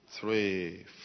three